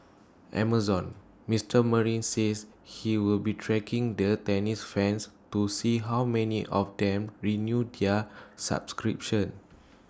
Amazon's Mister marine says he will be tracking the tennis fans to see how many of them renew their subscriptions